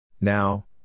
now